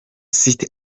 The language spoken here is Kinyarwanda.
site